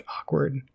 awkward